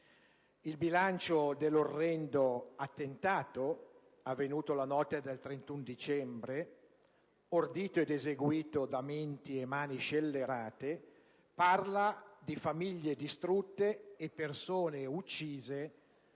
Il bilancio dell'orrendo attentato avvenuto la notte del 31 dicembre, ordito ed eseguito da menti e mani scellerate, parla di famiglie distrutte e persone uccise